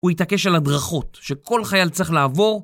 הוא התעקש על הדרכות שכל חייל צריך לעבור